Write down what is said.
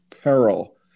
peril